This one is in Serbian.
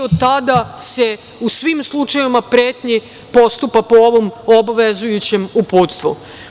Od tada se u svim slučajevima pretnji postupa po ovom obavezujućem uputstvu.